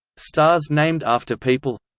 stars named after people